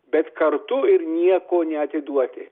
bet kartu ir nieko neatiduoti